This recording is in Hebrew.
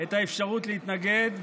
את האפשרות להתנגד.